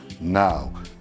now